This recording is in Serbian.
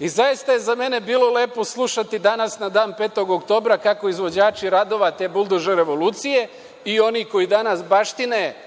Zaista je za mene bilo lepo slušati danas na dan petog oktobra kako izvođači radova te buldožere revolucije i oni koji danas baštine